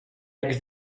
jak